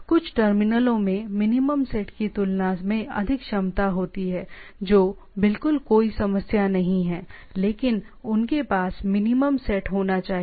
कुछ टर्मिनलों में मिनिमम सेट की तुलना में अधिक क्षमता होती है जो बिल्कुल कोई समस्या नहीं है लेकिन उनके पास मिनिमम सेट होना चाहिए